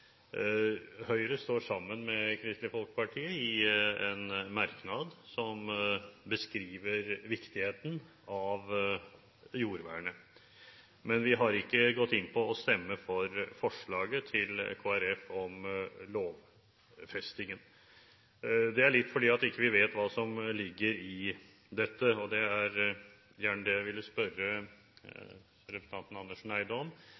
Høyre står sammen med Kristelig Folkeparti i en merknad som beskriver viktigheten av jordvernet, men vi har ikke gått inn for å stemme for forslaget til Kristelig Folkeparti om lovfestingen. Det er litt fordi vi ikke vet hva som ligger i dette, og det er det jeg gjerne ville spørre representanten Andersen Eide om.